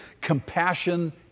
compassion